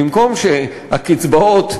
במקום שהקצבאות,